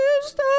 stop